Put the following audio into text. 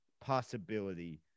possibility